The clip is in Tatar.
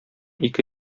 ике